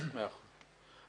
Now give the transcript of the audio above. מאה אחוז.